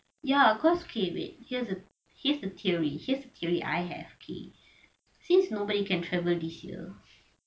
ya cause K wait here is the theory here is the theory I have okay since nobody can travel this year